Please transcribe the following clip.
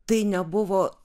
tai nebuvo